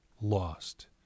lost